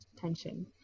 tension